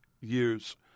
years